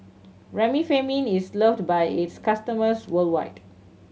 Remifemin is loved by its customers worldwide